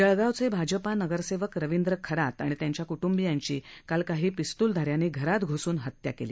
जळगावचे भाजपा नगरसेवक रविंद्र खरात आणि त्यांच्या कुटुंबियाची काल काही पिस्तुलधा यांनी घरात घुसून हत्या केली